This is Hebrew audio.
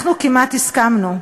אנחנו כמעט הסכמנו,